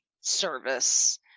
service